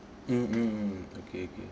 mm mm mm okay okay